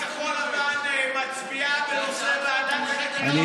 מה כחול לבן מצביעה בנושא ועדת החקירה הפרלמנטרית בנושא בתי המשפט?